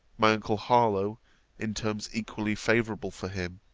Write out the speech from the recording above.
my uncle harlowe in terms equally favourable for him.